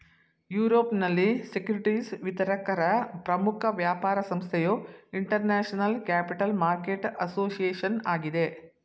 ಯುರೋಪ್ನಲ್ಲಿ ಸೆಕ್ಯೂರಿಟಿಸ್ ವಿತರಕರ ಪ್ರಮುಖ ವ್ಯಾಪಾರ ಸಂಸ್ಥೆಯು ಇಂಟರ್ನ್ಯಾಷನಲ್ ಕ್ಯಾಪಿಟಲ್ ಮಾರ್ಕೆಟ್ ಅಸೋಸಿಯೇಷನ್ ಆಗಿದೆ